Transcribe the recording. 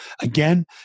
Again